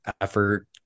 effort